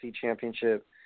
championship